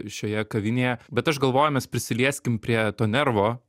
šioje kavinėje bet aš galvoju mes prisilieskim prie to nervo